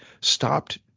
stopped